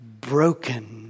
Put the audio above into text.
broken